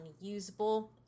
unusable